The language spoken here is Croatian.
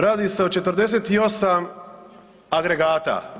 Radi se o 48 agregata.